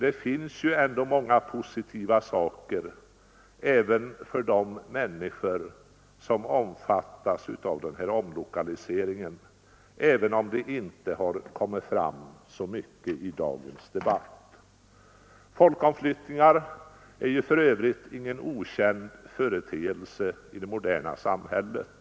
Det finns ändå många positiva saker även för de människor som omfattas av omlokaliseringen, även om det inte kommit fram så mycket i dagens debatt. Folkomflyttningar är för övrigt ingen okänd företeelse i det moderna samhället.